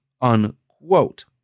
unquote